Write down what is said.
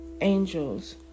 angels